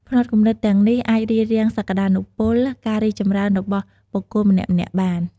ផ្នត់គំនិតទាំងនេះអាចរារាំងសក្ដានុពល ការរីចចម្រើនរបស់បុគ្គលម្នាក់ៗបាន។